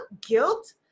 guilt